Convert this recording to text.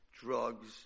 drugs